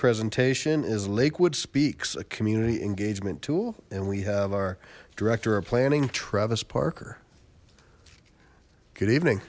presentation is lakewood speaks a community engagement tool and we have our director of planning travis parker good evening